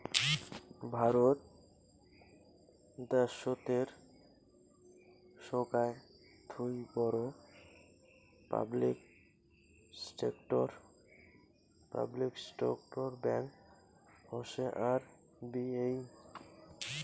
ভারত দ্যাশোতের সোগায় থুই বড় পাবলিক সেক্টর ব্যাঙ্ক হসে আর.বি.এই